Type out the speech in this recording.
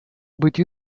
быть